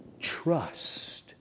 trust